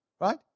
Right